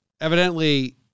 Evidently